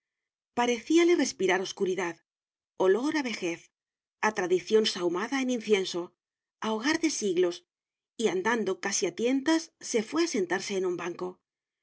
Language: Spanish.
parecíale respirar oscuridad olor a vejez a tradición sahumada en incienso a hogar de siglos y andando casi a tientas fué a sentarse en un banco